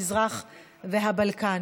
המזרח והבלקן